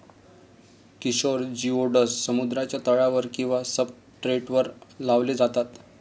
Kishore geodes समुद्राच्या तळावर किंवा सब्सट्रेटवर लावले जातात